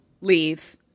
leave